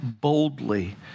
boldly